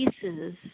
pieces